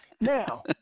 Now